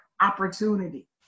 opportunity